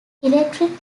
electric